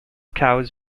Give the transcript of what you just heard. cows